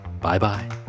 Bye-bye